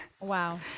Wow